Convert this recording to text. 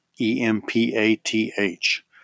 E-M-P-A-T-H